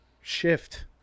shift